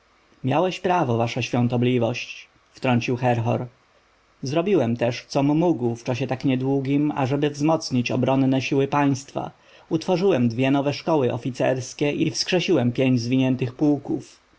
miałeś prawo wasza świątobliwość wtrącił herhor zrobiłem też com mógł w czasie tak niedługim ażeby wzmocnić obronne siły państwa utworzyłem dwie nowe szkoły oficerskie i wskrzesiłem pięć zwiniętych pułków